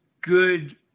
good